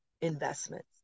investments